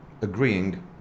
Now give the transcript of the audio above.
agreeing